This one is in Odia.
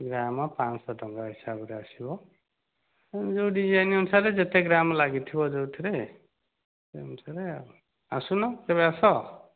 ଗ୍ରାମ ପାଞ୍ଚଶହ ଟଙ୍କା ହିସାବରେ ଆସିବ ଯେଉଁ ଡିଜାଇନ ଅନୁସାରେ ଯେତେ ଗ୍ରାମ ଲାଗିଥିବ ଯେଉଁଥିରେ ସେମିତି ରେ ଆଉ ଆସୁନ କେବେ ଆସ